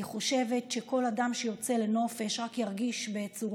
אני חושבת שכל אדם שיוצא לנופש רק ירגיש יותר